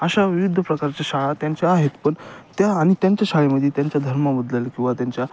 अशा विविध प्रकारच्या शाळा त्यांच्या आहेत पन त्या आणि त्यांच्या शाळेमध्ये त्यांच्या धर्मामदल किंवा त्यांच्या